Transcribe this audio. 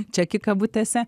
čekį kabutėse